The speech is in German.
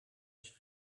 ich